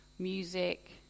music